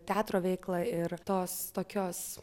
teatro veiklą ir tos tokios